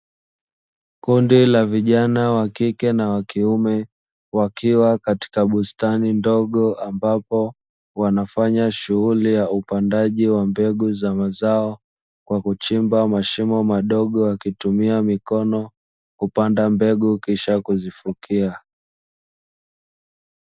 Kundi la vijana wa kike na wa kiume wakiwa katika bustani ndogo, ambapo wanafanya shughuli ya upandaji wa mbegu za mazao kwa kuchimba mashimo madogo wakitumia mikono kupanda mbegu kisha kuzifukia.